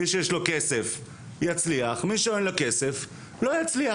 מי שיש לו כסף יצליח ומי שאין לו כסף לא יצליח,